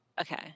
okay